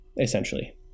essentially